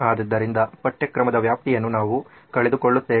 ಆದ್ದರಿಂದ ಪಠ್ಯಕ್ರಮದ ವ್ಯಾಪ್ತಿಯನ್ನು ನಾವು ಕಳೆದುಕೊಳ್ಳುತ್ತೇವೆ